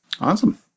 Awesome